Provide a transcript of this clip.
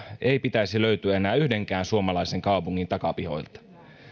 ei pitäisi löytyä enää yhdenkään suomalaisen kaupungin takapihoilta